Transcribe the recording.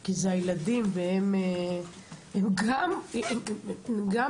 כי זה הילדים והם גם נפגעים.